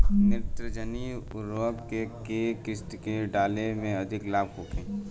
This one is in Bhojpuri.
नेत्रजनीय उर्वरक के केय किस्त में डाले से अधिक लाभ होखे?